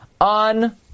on